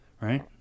right